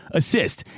assist